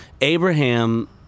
Abraham